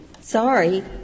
sorry